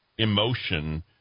emotion